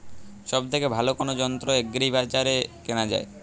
সব থেকে ভালো কোনো যন্ত্র এগ্রি বাজারে কেনা যায়?